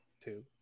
two